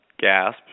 gasp